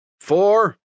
Four